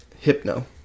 Hypno